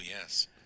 Yes